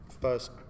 first